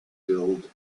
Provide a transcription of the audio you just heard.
build